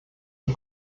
und